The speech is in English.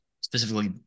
specifically